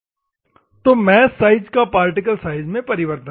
तो mesh size का particle size में परिवर्तन